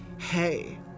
Hey